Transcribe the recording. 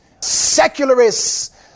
secularists